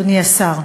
אדוני השר,